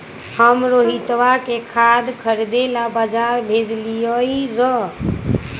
हम रोहितवा के खाद खरीदे ला बजार भेजलीअई र